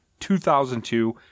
2002